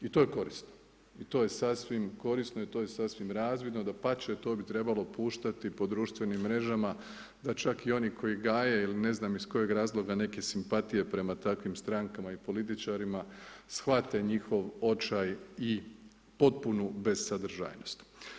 I to je korisno i to je sasvim korisno i to je sasvim razvidno, dapače, to bi trebalo puštati po društvenim mrežama da čak i oni koji gaje ili ne znam iz kojeg razloga neke simpatije, prema takvim strankama i političarima, shvate njihov očaj i potpunu besadržajnost.